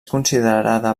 considerada